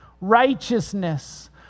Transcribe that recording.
righteousness